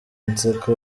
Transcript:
inseko